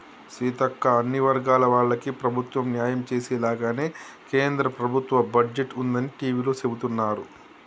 సీతక్క అన్ని వర్గాల వాళ్లకి ప్రభుత్వం న్యాయం చేసేలాగానే కేంద్ర ప్రభుత్వ బడ్జెట్ ఉందని టివీలో సెబుతున్నారు